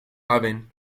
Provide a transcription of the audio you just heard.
haven